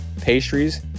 pastries